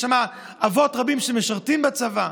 יש שם אבות רבים שמשרתים בצבא.